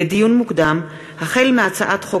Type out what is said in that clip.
לדיון מוקדם: החל בהצעת חוק